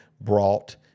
brought